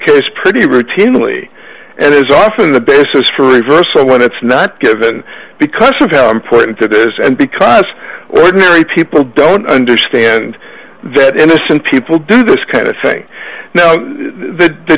case pretty routinely and is often a basis for reversal when it's not given because of how important it is and because ordinary people don't understand that innocent people do this kind of thing now and the